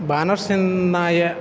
वानरसेनायाः